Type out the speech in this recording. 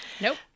Nope